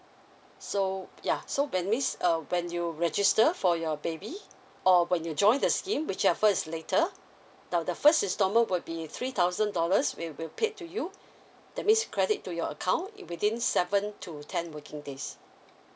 so yeah so that means err when you register for your baby or when you join the scheme whichever is later the the first is normal will be three thousand dollars we will paid to you that means credit to your account within seven to ten working days